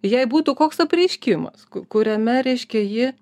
jai būtų koks apreiškimas ku kuriame reiškia ji